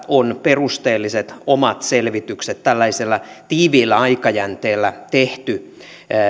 on perusteelliset omat selvitykset tällaisella tiiviillä aikajänteellä tehty